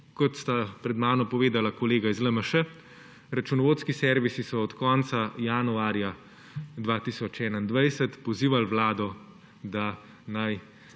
Kot sta pred mano povedala kolega iz LMŠ. Računovodski servisi so od konca januarja 2021 pozivali Vlado, da naj